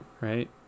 right